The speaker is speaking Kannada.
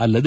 ಅಲ್ಲದೆ